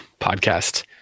podcast